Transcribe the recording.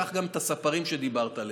קח גם את הספרים שדיברת עליהם.